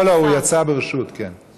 לא לא, הוא יצא ברשות, כן.